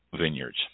vineyards